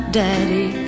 daddy